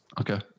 Okay